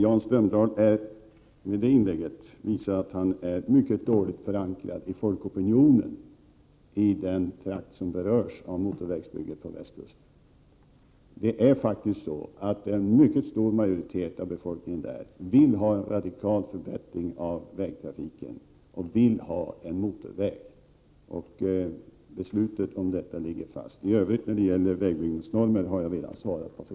Med det inlägget visar Jan Strömdahl att han har en mycket dålig förankring i folkopinionen i den trakt som berörs av motorvägsbygget på västkusten. En mycket stor majoritet av befolkningen vill ha en mycket radikal förbättring av vägtrafiken, och de vill ha en motorväg. Beslutet om vägbyggnaden ligger fast, och i övrigt har jag redan besvarat frågorna om vägbyggnadsnormer.